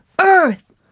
Earth